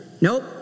Nope